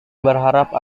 berharap